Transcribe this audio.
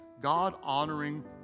God-honoring